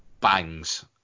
bangs